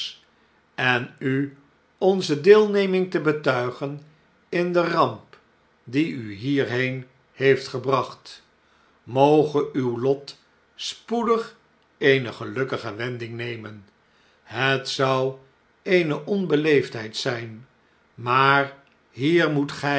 en u onze deelneming te betuigen in de ramp die u hierheen heeft gebracht moge uw lot spoedig eene gelukkige wending nemen het zou eene onbeleefdheid zh'n maar hier moet